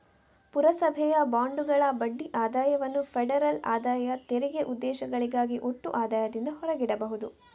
ಪುರಸಭೆಯ ಬಾಂಡುಗಳ ಬಡ್ಡಿ ಆದಾಯವನ್ನು ಫೆಡರಲ್ ಆದಾಯ ತೆರಿಗೆ ಉದ್ದೇಶಗಳಿಗಾಗಿ ಒಟ್ಟು ಆದಾಯದಿಂದ ಹೊರಗಿಡಬಹುದು